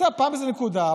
פעם זה בנקודה,